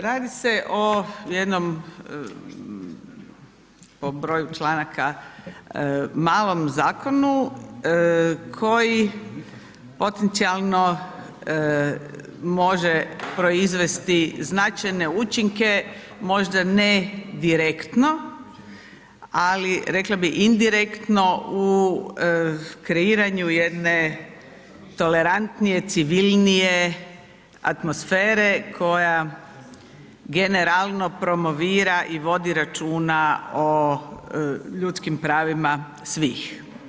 Radi se o jednom po broju članaka malom zakonu koji potencijalno može proizvesti značajne učinke možda ne direktno, ali rekla bi indirektno u kreiranju jedne tolerantnije, civilnije atmosfere koja generalno promovira i vodi računa o ljudskim pravima svih.